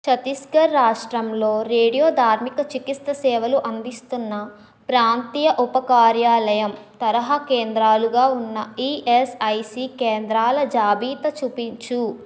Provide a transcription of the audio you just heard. ఛత్తీస్గఢ్ రాష్ట్రంలో రేడియోధార్మిక చికిత్స సేవలు అందిస్తున్న ప్రాంతీయ ఉపకార్యాలయం తరహా కేంద్రాలుగా ఉన్న ఈఎస్ఐసి కేంద్రాల జాబితా చూపించు